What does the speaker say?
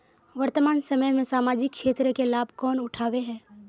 वर्तमान समय में सामाजिक क्षेत्र के लाभ कौन उठावे है?